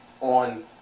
on